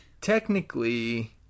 technically